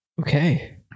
okay